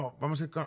vamos